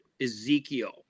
Ezekiel